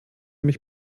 mich